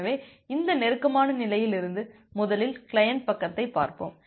எனவே இந்த நெருக்கமான நிலையிலிருந்து முதலில் கிளையன்ட் பக்கத்தைப் பார்ப்போம்